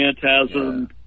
Phantasm